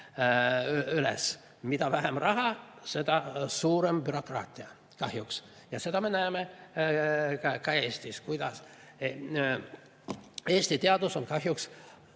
Mida vähem raha, seda suurem bürokraatia kahjuks. Ja seda me näeme ka Eestis. Eesti teadus on kahjuks